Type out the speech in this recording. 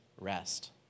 rest